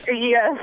Yes